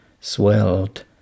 swelled